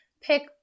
pick